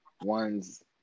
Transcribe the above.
One's